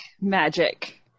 magic